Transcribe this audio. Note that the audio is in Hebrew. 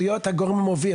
להיות הגורם המוביל.